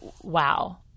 wow